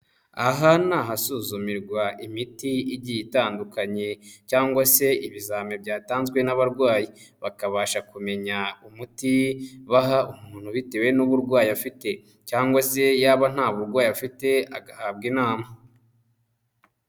Aha ni ahasuzumirwa imiti igiye itandukanye cyangwa se ibizame byatanzwe n'abarwayi, bakabasha kumenya umuti baha umuntu bitewe n'uburwayi afite cyangwa se yaba nta burwayi afite agahabwa inama.